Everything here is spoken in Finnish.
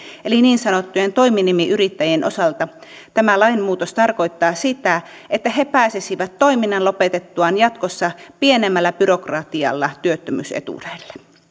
eli niin sanottujen toiminimiyrittäjien osalta tämä lainmuutos tarkoittaa sitä että he pääsisivät toiminnan lopetettuaan jatkossa pienemmällä byrokratialla työttömyysetuudelle